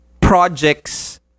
projects